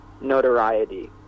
notoriety